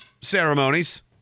ceremonies